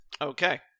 Okay